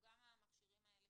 גם המכשירים האלה